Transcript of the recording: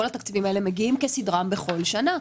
כל התקציבים האלה מגיעים כסדרם בכל שנה.